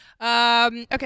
Okay